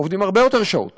עובדים הרבה יותר שעות